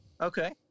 Okay